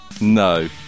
No